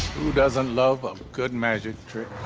who doesn't love a good magic trick?